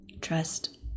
trust